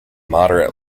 moderate